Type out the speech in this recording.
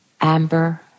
amber